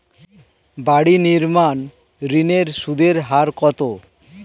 বাড়ি নির্মাণ ঋণের সুদের হার কত?